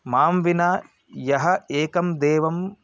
मां विना यः एकं देवम्